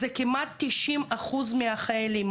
זה כמעט 90% מהחיילים.